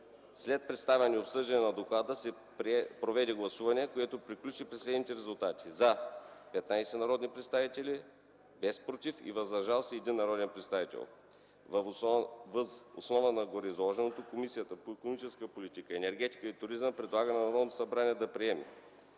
След представяне и обсъждане на доклада се проведе гласуване, което приключи при следните резултати: „за” – 15 народни представители, без „против” и „въздържал се” – 1 народен представител. Въз основа на гореизложеното Комисията по икономическата политика, енергетика и туризъм предлага на Народното събрание да приеме: